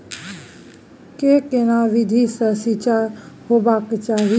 के केना विधी सॅ सिंचाई होबाक चाही?